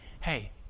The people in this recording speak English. hey